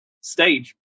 stage